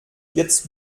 jetzt